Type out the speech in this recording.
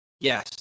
Yes